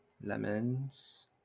lemons